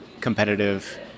competitive